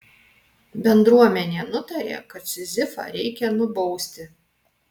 bendruomenė nutarė kad sizifą reikia nubausti